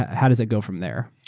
how does it go from there?